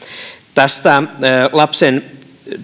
tästä lapsen